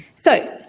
so,